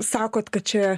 sakot kad čia